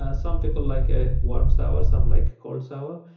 ah some people like ah warm shower, some like cold shower.